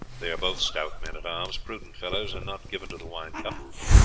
they are both stout men-at-arms, prudent fellows, and not given to the wine-cup.